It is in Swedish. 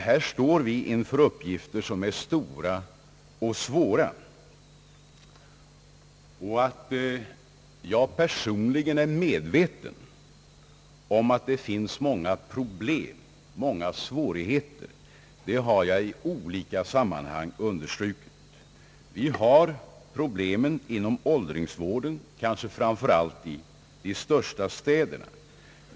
Här står vi inför uppgifter som är stora, och personligen är jag medveten om att det finns många problem med många svårigheter, det har jag i olika samman Allmänpolitisk debatt hang understrukit. Vi har problemen inom åldringsvården, kanske framför allt i de största städerna.